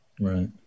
Right